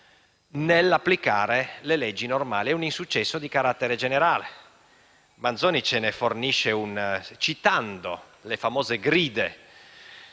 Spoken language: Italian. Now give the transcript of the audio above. nell'applicare le leggi normali, quindi un insuccesso di carattere generale. Manzoni ce ne fornisce un esempio citando le famose gride,